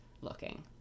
looking